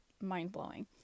mind-blowing